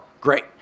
great